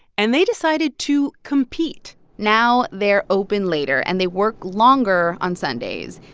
and they decided to compete now they're open later, and they work longer on sundays.